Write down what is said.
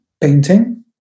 painting